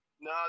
No